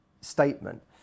statement